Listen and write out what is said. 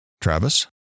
Travis